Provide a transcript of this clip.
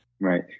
Right